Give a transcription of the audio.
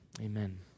Amen